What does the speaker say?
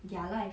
their life